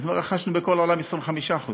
אז הוא אמר: רכשנו בכל העולם ב-25% פחות.